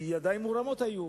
כי ידיה מורמות היו.